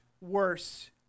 worse